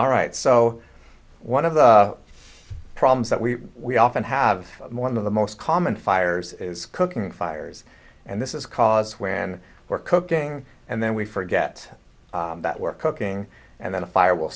all right so one of the problems that we we often have more of the most common fires is cooking fires and this is cause when we're cooking and then we forget that we're cooking and then a fire will